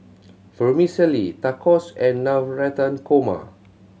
Vermicelli Tacos and Navratan Korma